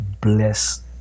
bless